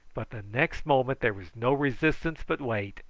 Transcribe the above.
but the next moment there was no resistance but weight,